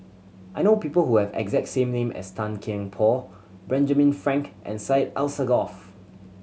I know people who have the exact same name as Tan Kian Por Benjamin Frank and Syed Alsagoff